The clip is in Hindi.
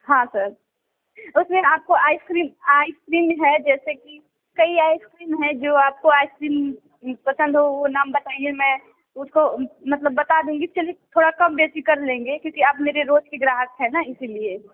हाँ सर उसमें आपको आइसक्रीम आइसक्रीम है जैसे कि कई आइसक्रीम है जो आपको आइसक्रीम पसंद हो वो नाम बताइए मैं उसको मतलब बता दूँगी चलिए थाेड़ा कम वैसी कर लेंगे क्योंकि आप मेरे रोज़ के ग्राहक हैं ना इसी लिए